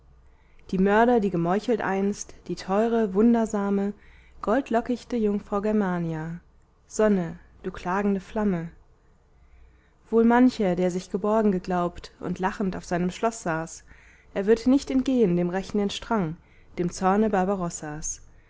die mörder die gemeuchelt einst die teure wundersame goldlockichte jungfrau germania sonne du klagende flamme wohl mancher der sich geborgen geglaubt und lachend auf seinem schloß saß er wird nicht entgehen dem rächenden strang dem zorne barbarossas